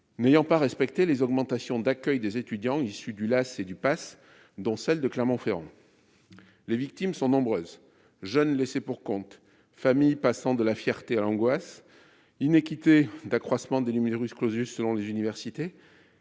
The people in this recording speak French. n'ayant pas respecté les augmentations d'accueil des étudiants issus du là c'est du passe, dont celle de Clermont-Ferrand, les victimes sont nombreuses jeunes laissés pour compte, famille, passant de la fierté à l'angoisse inéquité, d'accroissement des numerus clausus selon les universités